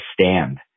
stand